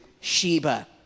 Sheba